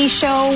show